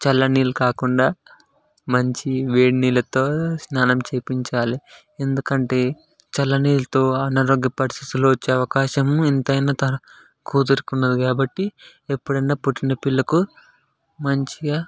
చల్లనీళ్ళు కాకుండా మంచి వేడినీళ్ళతో స్నానం చేయించాలి ఎందుకంటే చల్లనీళ్ళతో ఆనారోగ్య పరిస్థితులు వచ్చే అవకాశము ఎంతైనా తన కూతురికి ఉన్నది కాబట్టి ఎప్పుడైనా పుట్టిన పిల్లకు మంచిగా